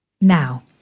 Now